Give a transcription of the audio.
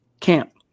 camp